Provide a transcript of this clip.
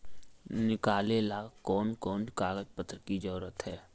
निकाले ला कोन कोन कागज पत्र की जरूरत है?